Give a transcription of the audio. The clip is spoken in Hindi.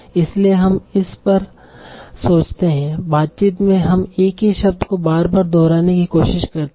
इसलिए हम इस पर सोचते हैं बातचीत में हम एक ही शब्द को बार बार दोहराने की कोशिश करते हैं